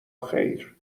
خیر